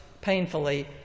painfully